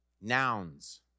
nouns